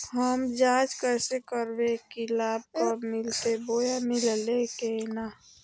हम जांच कैसे करबे की लाभ कब मिलते बोया मिल्ले की न?